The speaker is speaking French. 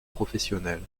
professionnelle